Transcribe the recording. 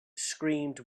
screamed